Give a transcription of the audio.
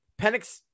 Penix